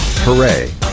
hooray